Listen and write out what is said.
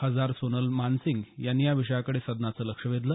खासदार सोनल मानसिंग यांनी या विषयाकडे सदनाचं लक्ष वेधलं